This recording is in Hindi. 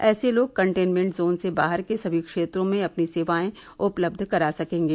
ऐसे लोग कंटेनमेंट जोन से बाहर के समी क्षेत्रों में अपनी सेवाए उपलब्ध करा सकेंगे